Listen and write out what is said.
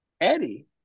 Eddie